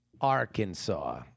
Arkansas